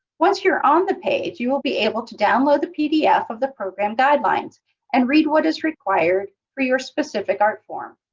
once you're on the page, you will be able to download the pdf of the program guidelines and read what is required for your specific art form.